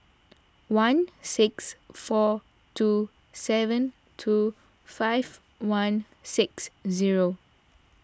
one six four two seven two five one six zero